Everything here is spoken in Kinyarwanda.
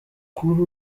kuri